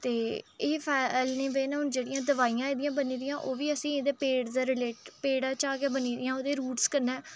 ते एह् फैलने बजह् नै हून जेह्ड़ियां दवाइयां एहदियां बनी दियां ओह् बी असें गी पेड़ दे रिलेटेड पेड़ च गै बनी दियां ओह्दे रूट्स कन्नै